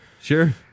Sure